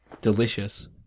Delicious